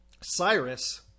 Cyrus